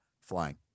flying